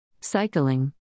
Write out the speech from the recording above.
Cycling